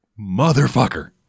Motherfucker